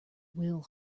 will